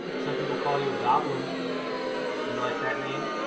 some people call you a goblin. do you like that name?